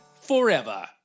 Forever